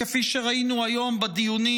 כפי שראינו היום בדיונים